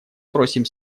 просим